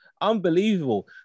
Unbelievable